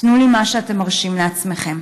תנו לי מה שאתם מרשים לעצמכם.